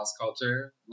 culture